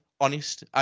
honest